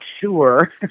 sure